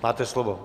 Máte slovo.